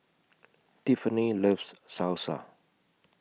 Tiffani loves Salsa